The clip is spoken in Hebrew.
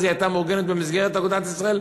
אז היא הייתה מעוגנת במסגרת אגודת ישראל,